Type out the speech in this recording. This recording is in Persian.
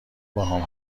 باهام